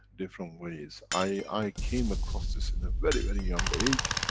different ways. i, i came across this in a very, very young age,